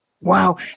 Wow